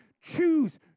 choose